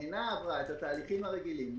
אינה עברה את התהליכים הרגילים.